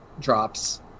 drops